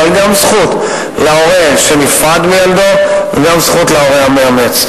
אבל גם זכות להורה שנפרד מילדו וגם זכות להורה המאמץ.